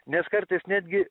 nes kartais netgi